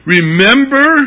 Remember